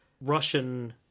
Russian